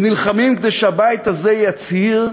הם נלחמים כדי שהבית הזה יצהיר